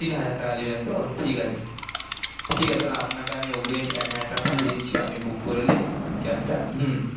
তিন হাজার টাকা নেবেন তো ঠিক আছে ঠিক আছে তাহলে আপনাকে আমি অগ্রিম এক হাজার টাকা পাঠিয়ে দিচ্ছি আপনি বুক করে নিন ক্যাবটা